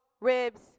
ribs